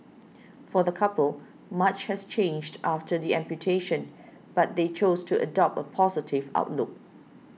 for the couple much has changed after the amputation but they choose to adopt a positive outlook